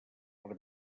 per